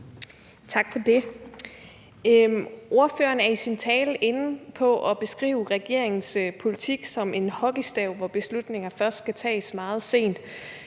Tak for det. Ordføreren er i sin tale inde på at beskrive regeringens politik som en hockeystav, hvor beslutninger først skal tages meget sent.